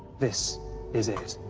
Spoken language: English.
this is it.